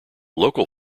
local